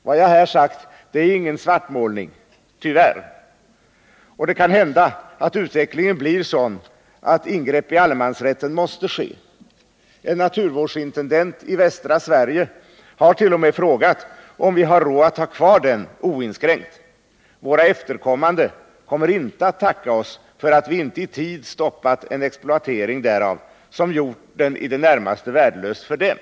Vad jag här sagt är ingen svartmålning — tyvärr. Och det kan hända att utvecklingen blir sådan, att ingrepp i allemansrätten måste ske. En naturvårdsintendent i västra Sverige har t.o.m. frågat, om vi har råd att ha kvar den oinskränkt. Våra efterkommande kommer inte att tacka oss för att vi inte itid stoppat en exploatering som gjort allemansrätten i det närmaste värdelös för dem.